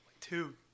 Two